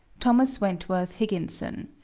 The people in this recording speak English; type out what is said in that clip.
thomas wentworth higginson.